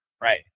Right